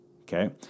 okay